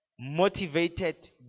motivated